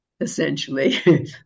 essentially